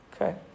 Okay